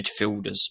midfielders